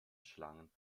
schlangen